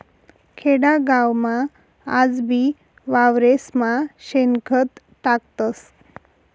खेडागावमा आजबी वावरेस्मा शेणखत टाकतस